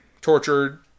tortured